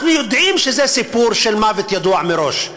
אנחנו יודעים שזה סיפור של מוות ידוע מראש,